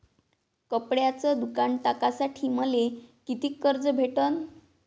कपड्याचं दुकान टाकासाठी मले कितीक कर्ज भेटन?